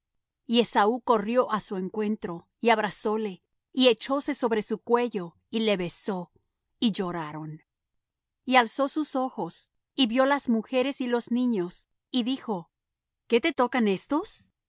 y esaú corrió á su encuentro y abrazóle y echóse sobre su cuello y le besó y lloraron y alzó sus ojos y vió las mujeres y los niños y dijo qué te tocan éstos